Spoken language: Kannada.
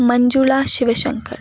ಮಂಜುಳ ಶಿವಶಂಕರ್